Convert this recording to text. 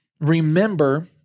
remember